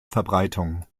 verbreitung